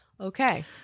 Okay